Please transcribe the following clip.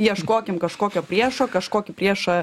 ieškokim kažkokio priešo kažkokį priešą